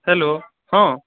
hello ହଁ